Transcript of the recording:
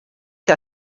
que